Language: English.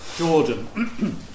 Jordan